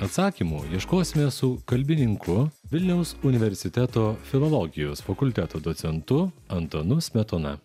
atsakymo ieškosime su kalbininku vilniaus universiteto filologijos fakulteto docentu antanu smetona